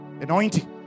anointing